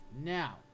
Now